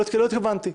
לא התכוונתי.